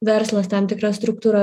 verslas tam tikra struktūra